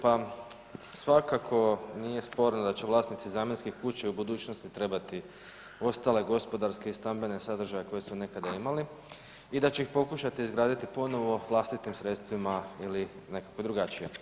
Pa svakako nije sporno da će vlasnici zamjenskih kuća i u budućnosti trebati ostale gospodarske i stambene sadržaje koje su nekada imali i da će ih pokušati izgraditi ponovno vlastitim sredstvima ili nekako drugačije.